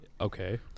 Okay